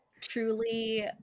Truly